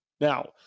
Now